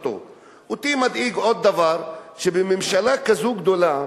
אותי מדאיג עוד דבר: שבממשלה כזאת גדולה,